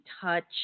touch